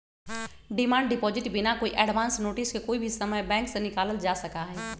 demand deposit बिना कोई advance notice के कोई भी समय बैंक से निकाल्ल जा सका हई